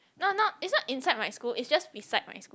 no not inside inside my school it's just beside my school